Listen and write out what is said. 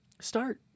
Start